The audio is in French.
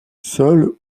seul